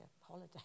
holiday